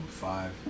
Five